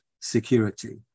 security